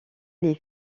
les